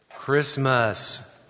Christmas